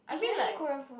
can we eat Korean food